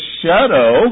shadow